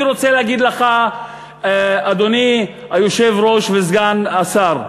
אני רוצה להגיד לך, אדוני היושב-ראש וסגן השר,